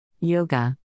Yoga